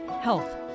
health